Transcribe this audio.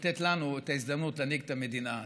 ולתת לנו את ההזדמנות להנהיג את המדינה.